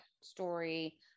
story